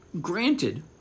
Granted